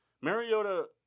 Mariota